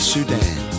Sudan